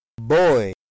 Boy